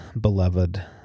beloved